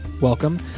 Welcome